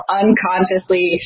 unconsciously